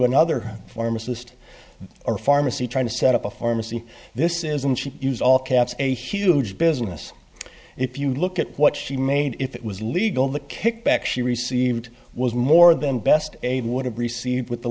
another pharmacist or pharmacy trying to set up a pharmacy this isn't she use all caps a huge business if you look at what she made if it was legal the kickbacks she received was more than best a would have received with